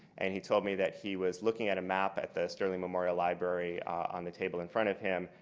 and he told me that he was looking at a map at the sterling memorial library on the table in front of him,